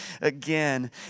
again